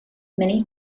many